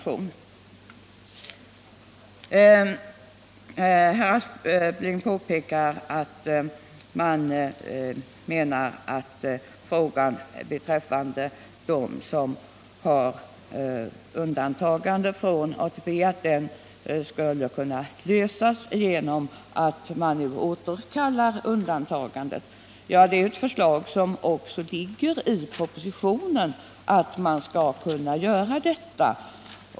Herr Aspling påpekar att de som är undantagna från ATP-anslutning skulle kunna få möjlighet att återkalla detta undantagande. Ja, det föreslås också i propositionen att man skall kunna göra detta.